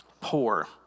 Poor